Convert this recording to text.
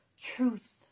truth